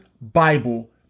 Bible